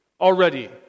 already